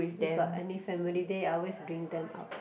if got any family day I always bring them out